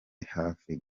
hafi